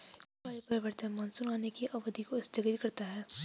जलवायु परिवर्तन मानसून आने की अवधि को स्थगित करता है